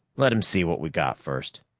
let him see what we got first.